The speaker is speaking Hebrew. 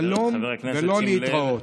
שלום ולא להתראות.